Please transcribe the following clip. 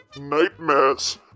nightmares